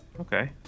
okay